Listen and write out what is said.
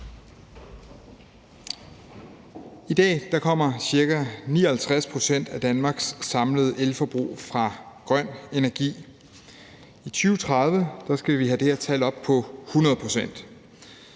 I dag kommer ca. 59 pct. af Danmarks samlede elforbrug fra grøn energi. I 2030 skal vi have det her tal op på 100 pct.,